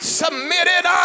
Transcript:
submitted